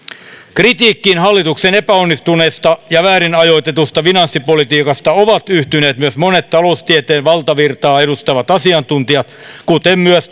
kritiikkiin hallituksen epäonnistuneesta ja väärin ajoitetusta finanssipolitiikasta ovat yhtyneet myös monet taloustieteen valtavirtaa edustavat asiantuntijat kuten myös